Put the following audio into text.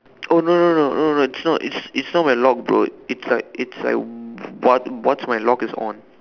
oh no no no no no it's not it's it's not my lock bro it's like it's like what what's my lock is on